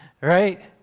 Right